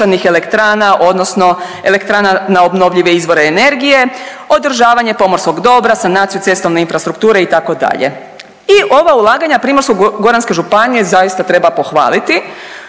elektrana odnosno elektrana na obnovljive izvore energije, održavanje pomorskog dobra, sanaciju cestovne infrastrukture itd. i ova ulaganja Primorsko-goranske županije zaista treba pohvaliti,